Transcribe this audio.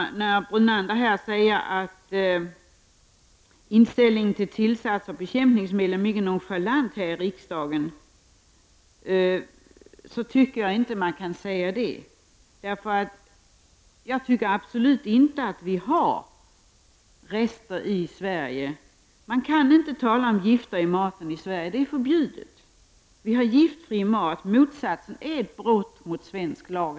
Lennart Brunander säger att riksdagens inställning är mycket nonchalant när det gäller tillsatser och bekämpningsmedel. Jag tycker inte att man kan säga det. Vi har inga bekämpningsmedelsrester i den svenska maten, och man kan inte tala om gifter i maten i Sverige. Sådana är förbjudna. Vi har en giftfri mat. Det motsatta fallet är ett brott mot svensk lag.